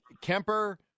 Kemper